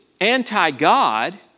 anti-God